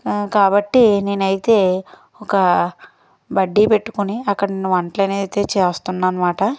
కాబట్టి నేనైతే ఒక బడ్డీ పెట్టుకుని అక్కడ నేను వంటలని అయితే చేస్తున్నాను అనమాట